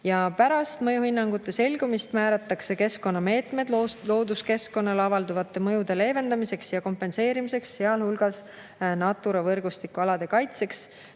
Pärast mõjuhinnangute selgumist määratakse keskkonnameetmed looduskeskkonnale avalduva mõju leevendamiseks ja kompenseerimiseks, sealhulgas Natura võrgustiku alade kaitseks.